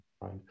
right